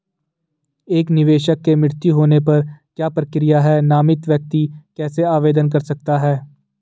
एक निवेशक के मृत्यु होने पर क्या प्रक्रिया है नामित व्यक्ति कैसे आवेदन कर सकता है?